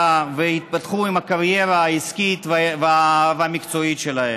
ויתפתחו בקריירה העסקית והמקצועית שלהן.